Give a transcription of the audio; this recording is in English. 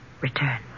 return